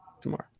tomorrow